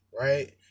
right